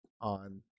on